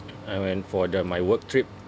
I went for the my work trip